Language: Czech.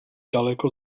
daleko